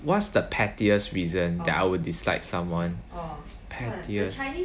what's the pettiest reason that I would dislike someone pettiest